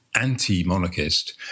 anti-monarchist